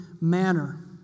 manner